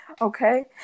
Okay